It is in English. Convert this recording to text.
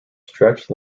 stretched